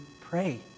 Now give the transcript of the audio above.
pray